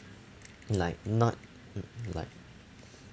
like not like